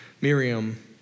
Miriam